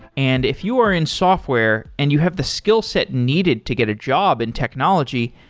and if you were in software and you have the skillset needed to get a job in technology,